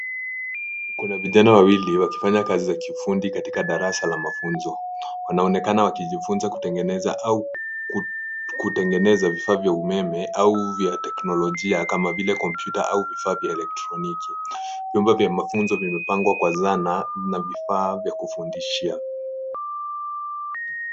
Kuna vijana wawili wakifanya kazi za kiufundi katika darasa la mafunzo. Wanaonekana wakijifunza kutengeneza vifaa vya umeme au vya teknolojia kama vile kompyuta au vifaa vya elektroniki. Vyumba vya mafunzo vimepangwa kwa zana na vifaa vya kufundishia.